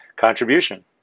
contribution